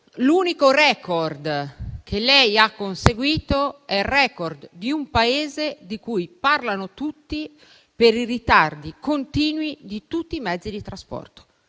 L'unico *record* che lei ha conseguito è quello di un Paese di cui parlano tutti per i ritardi continui di tutti i mezzi di trasporto.